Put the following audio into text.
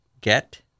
get